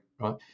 right